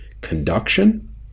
conduction